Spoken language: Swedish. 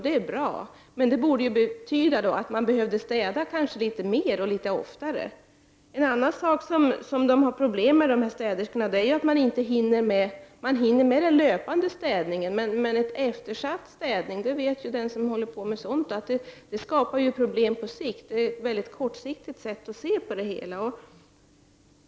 Det är bra, men det borde betyda att man behöver städa litet mer och litet oftare. Ett annat problem för städerskorna är att de inte hinner med. De hinner med den löpande städningen. Alla som håller på med sådant vet att eftersatt städning skapar problem på sikt. Det är ett mycket kortsiktigt sätt att se på det hela.